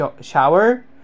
shower